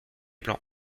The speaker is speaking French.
plan